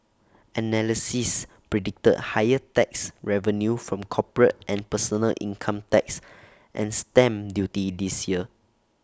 analysts predict higher tax revenue from corporate and personal income tax and stamp duty this year